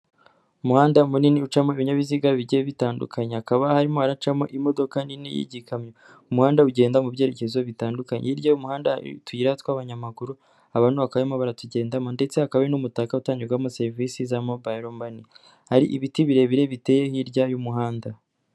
Umuhanda munini ucamo ibinyabiziga bigiye bitandukanye, hakaba harimo haracamo imodoka nini y'ikamyo, umuhanda ugenda mu byerekezo bitandukanye hirya y'umuhanda hari utuyira tw'abanyamaguru, abantu bakaba barimo baratugendamo ndetse hakaba n'umutako utangirwamo serivisi za Mobile MOney, hari ibiti birebire biteye hirya y'umuhanda.